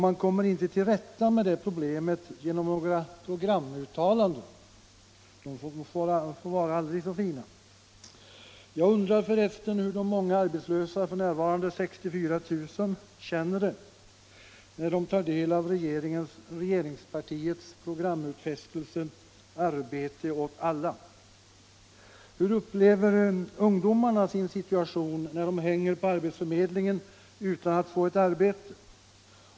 Man kommer inte till rätta med det problemet genom några programuttalanden, de må vara aldrig så fina. Jag undrar förresten hur de många arbetslösa, f.n. 64 000, känner det när de tar del av regeringspartiets programutfästelse ”arbete åt alla”. Hur upplever ungdomarna sin situation, när de hänger på arbetsförmedlingen utan att få ett arbete?